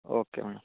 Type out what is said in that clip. okay madam